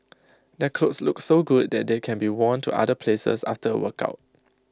their clothes look so good that they can be worn to other places after A workout